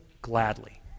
Gladly